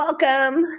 welcome